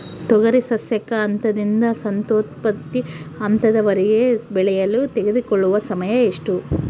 ತೊಗರಿ ಸಸ್ಯಕ ಹಂತದಿಂದ ಸಂತಾನೋತ್ಪತ್ತಿ ಹಂತದವರೆಗೆ ಬೆಳೆಯಲು ತೆಗೆದುಕೊಳ್ಳುವ ಸಮಯ ಎಷ್ಟು?